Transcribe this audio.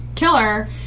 killer